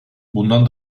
bundan